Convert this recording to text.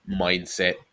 mindset